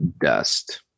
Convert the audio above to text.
Dust